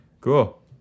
Cool